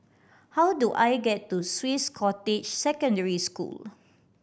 how do I get to Swiss Cottage Secondary School